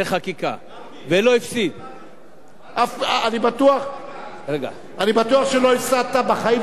ולא הפסיד, אני בטוח שלא הפסדת בחיים שלך ישיבה.